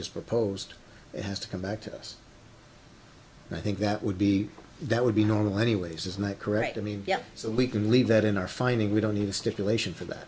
is proposed it has to come back to us and i think that would be that would be normal anyways is not correct i mean yes so we can leave that in our finding we don't need a stipulation for that